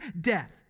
death